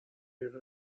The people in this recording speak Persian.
دقیقه